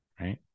right